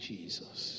Jesus